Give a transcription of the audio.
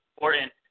important